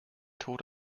tod